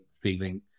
feeling